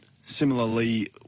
Similarly